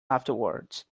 afterwards